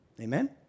Amen